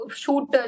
shoot